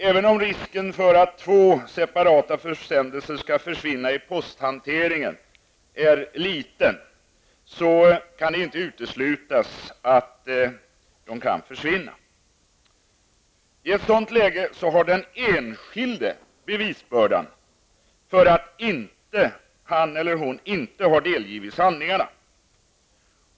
Även om risken för att två separata försändelser skall försvinna i posthanteringen är liten, kan det inte uteslutas att de kan försvinna. I ett sådant läge har den enskilde bevisbördan och skall påvisa att han eller hon inte har delgivits handlingarna.